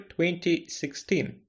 2016